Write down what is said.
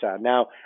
now